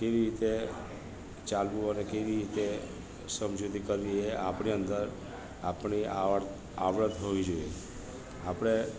કેવી રીતે ચાલવું અને કેવી રીતે સમજુતી કરવી એ આપણી અંદર આપણી આવડત હોવી જોઈએ આપણે